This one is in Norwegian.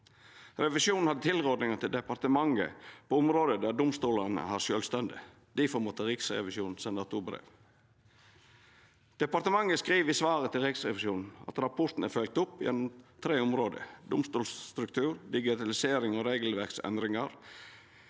Revisjonen hadde tilrådingar til departementet på område der domstolane har sjølvstende. Difor måtta Riksrevisjonen senda to brev. Departementet skriv i svaret til Riksrevisjonen at rapporten er følgd opp gjennom tre område: domstolstruktur, digitalisering og regelverksendringar.